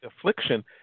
affliction